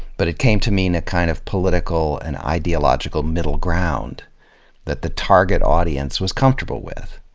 but it came to mean a kind of political and ideological middle ground that the target audience was comfortable with.